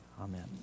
Amen